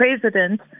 president